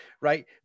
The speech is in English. right